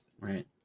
Right